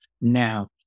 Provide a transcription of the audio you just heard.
now